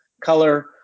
color